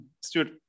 Stuart